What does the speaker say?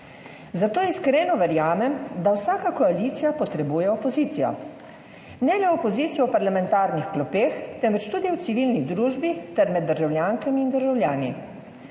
Zato iskreno verjamem, da vsaka koalicija potrebuje opozicijo, ne le opozicijo v parlamentarnih klopeh, temveč tudi v civilni družbi ter med državljankami in državljani.